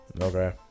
Okay